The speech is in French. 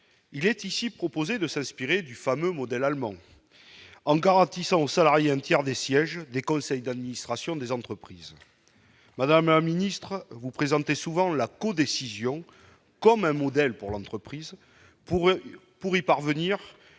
il est ici proposé de s'inspirer du fameux modèle allemand en garantissant aux salariés, un tiers des sièges des conseils d'administration des entreprises, madame la ministre, vous présentez souvent la codécision comme un modèle pour l'entreprise pour pour y parvenir,